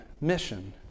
mission